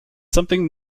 something